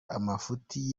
amafuti